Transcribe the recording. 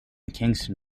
kingston